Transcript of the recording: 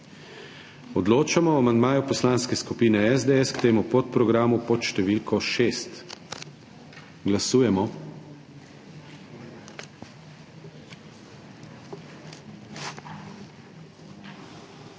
Odločamo o amandmaju Poslanske skupine SDS k temu podprogramu pod številko 6. Glasujemo.